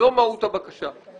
זו מהות הבקשה.